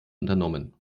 unternommen